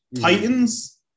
Titans